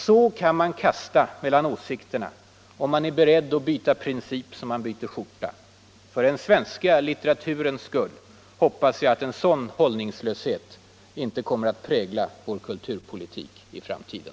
Så kan man kasta mellan åsikterna, om man är beredd att byta princip som man byter skjorta. För den svenska litteraturens skull hoppas jag att en sådan hållningslöshet inte kommer att prägla vår kulturpolitik i framtiden.